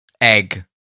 egg